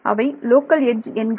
அவை local edge எண்கள்